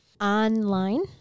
online